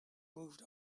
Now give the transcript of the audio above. moved